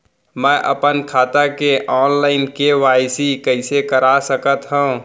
मैं अपन खाता के ऑनलाइन के.वाई.सी कइसे करा सकत हव?